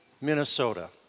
Minnesota